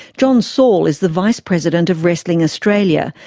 john saul is the vice president of wrestling australia,